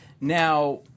Now